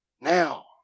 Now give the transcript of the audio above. Now